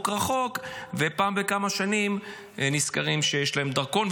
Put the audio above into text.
רחוק ופעם בכמה שנים נזכרים שיש להם דרכון.